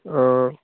অঁ